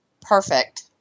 Perfect